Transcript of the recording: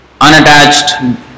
unattached